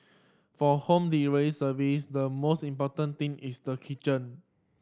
for home delivery service the most important thing is the kitchen